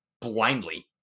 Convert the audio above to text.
blindly